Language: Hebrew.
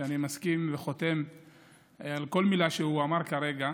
ואני מסכים וחותם על כל מילה שהוא אמר כרגע,